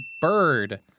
Bird